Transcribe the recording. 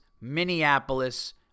Minneapolis